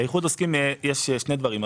באיחוד עוסקים יש שני דברים.